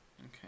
Okay